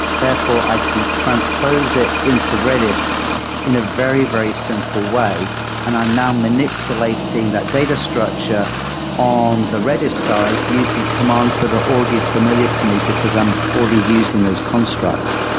therefore, i can transpose it into redis in a very, very simple way and i'm now manipulating that data structure on the redis side using commands that are already familiar to me because i'm already using those constructs.